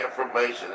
information